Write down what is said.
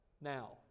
now